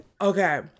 Okay